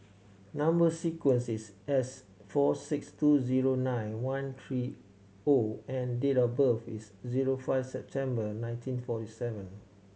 number sequence is S four six two zero nine one three O and date of birth is zero five September nineteen forty seven